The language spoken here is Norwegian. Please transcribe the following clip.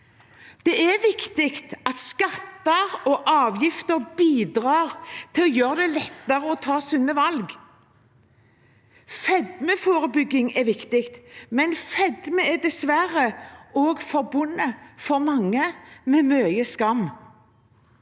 Det er viktig at skatter og avgifter bidrar til å gjøre det lettere å ta sunne valg. Fedmeforebygging er viktig, men fedme er dessverre også for mange forbundet med mye skam.